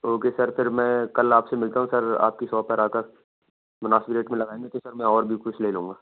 okay sir پھر میں کل آپ سے ملتا ہوں سر آپ کی شاپ پر آ کر مناسب ریٹ میں لگائیں گے تو سر میں اور بھی کچھ لے لوں گا